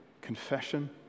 confession